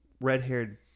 red-haired